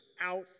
out